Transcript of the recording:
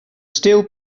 steel